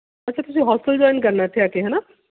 ਅੱਛਾ ਤੁਸੀਂ hostel join ਕਰਨਾ ਇੱਥੇ ਆ ਕੇ ਹੈ ਨਾ